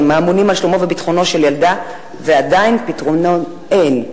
האמונים על שלומו וביטחונו של ילדה ועדיין פתרונות אין,